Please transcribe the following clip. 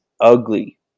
ugly